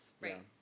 Right